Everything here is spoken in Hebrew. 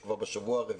שהיא כבר בשבוע רביעי,